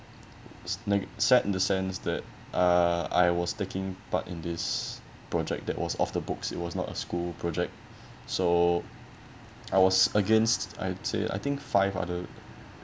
sna~ sad in the sense that uh I was taking part in this project that was off the books it was not a school project so I was against I'd say I think five other